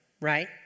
right